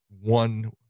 one